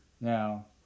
Now